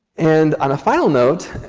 and on a final note,